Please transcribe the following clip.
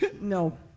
No